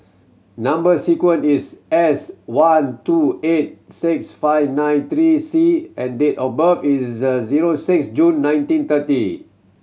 number sequence is S one two eight six five nine three C and date of birth is zero six June nineteen thirty